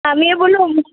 আমি বোলো